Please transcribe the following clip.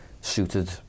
suited